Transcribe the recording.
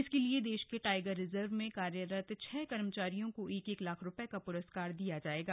इसके लिए देश के टाइगर रिजर्व में कार्यरत छह कर्मचारियों को एक एक लाख रुपये का पुरस्कार दिया जाएगा